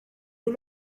you